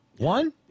One